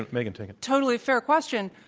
megan, megan. totally fair question,